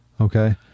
okay